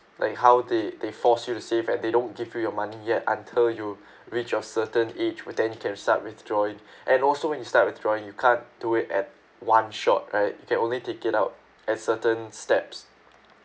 like how they they force you to save and they don't give you your money yet until you reach of certain age with then you can start withdrawing and also when you start withdrawing you can't do it at one shot right you can only take it out at certain steps